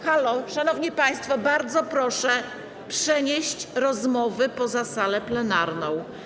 Halo, szanowni państwo, bardzo proszę przenieść rozmowy poza salę plenarną.